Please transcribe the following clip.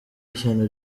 ishyano